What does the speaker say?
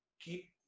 Keep